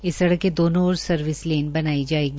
इस सडक के दोनों और सर्विस लेन बनाई जायेगी